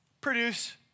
produce